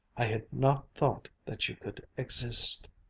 i had not thought that you could exist.